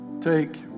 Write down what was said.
Take